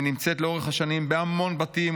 אני נמצאת לאורך השנים בהמון בתים,